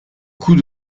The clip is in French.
coût